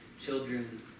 children